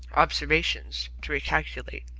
observations, to recalculate